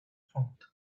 fund